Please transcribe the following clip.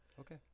Okay